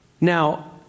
Now